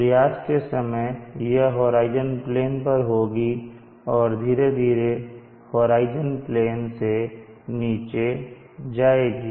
सूर्यास्त के समय यह होराइजन प्लेन पर होगी और धीरे धीरे और होराइजन प्लेन से नीचे जाएगी